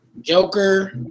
Joker